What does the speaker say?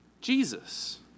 Jesus